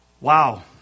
Wow